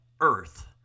earth